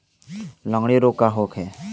लगंड़ी रोग का होखे?